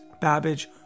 Babbage